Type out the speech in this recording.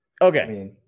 Okay